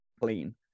clean